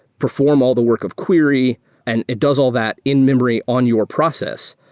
perform all the work of query and it does all that in-memory on your process.